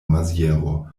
maziero